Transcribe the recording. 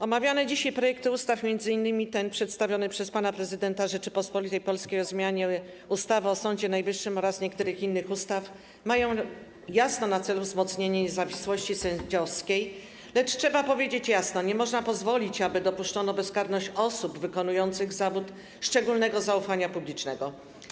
Omawiane dzisiaj projekty ustaw, m.in. ten przedstawiony przez pana prezydenta Rzeczypospolitej Polskiej, o zmianie ustawy o Sądzie Najwyższym oraz niektórych innych ustaw, mają na celu wzmocnienie niezawisłości sędziowskiej, lecz trzeba jasno powiedzieć, że nie można pozwolić, aby dopuszczano bezkarność osób wykonujących zawód szczególnego zaufania publicznego.